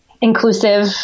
inclusive